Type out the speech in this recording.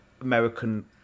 American